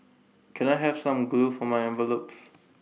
can I have some glue for my envelopes